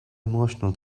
emotional